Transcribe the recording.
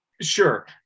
Sure